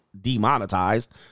demonetized